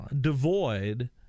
devoid